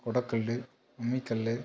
கொடக்கல் அம்மிக்கல்